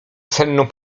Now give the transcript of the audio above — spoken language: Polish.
senną